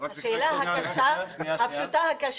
לי: מה, אין לך בכפר